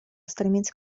стремится